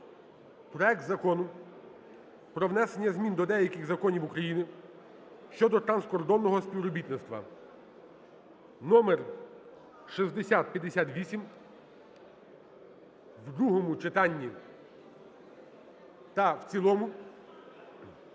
проект Закону про внесення змін до деяких законів України щодо транскордонного співробітництва (№ 6085) в другому читанні та в цілому.